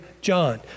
John